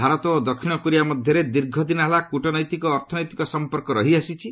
ଭାରତ ଓ ଦକ୍ଷିଣ କୋରିଆ ମଧ୍ୟରେ ଦୀର୍ଘଦିନ ହେଲା କୃଟନୈତିକ ଓ ଅର୍ଥନୈତିକ ସମ୍ପର୍କ ରହିଆସିଛି